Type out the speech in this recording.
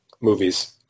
movies